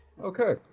Okay